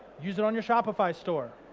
use it on your shopify store.